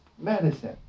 Medicine